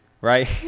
right